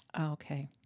okay